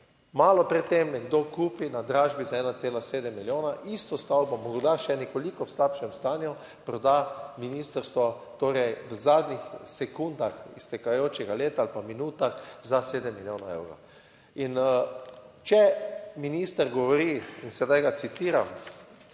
Malo pred tem nekdo kupi na dražbi za 1,7 milijona isto stavbo, morda še nekoliko v slabšem stanju proda ministrstvo, torej v zadnjih sekundah iztekajočega leta ali pa minutah za sedem milijonov evrov. Če minister govori in sedaj ga citiram,